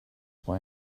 why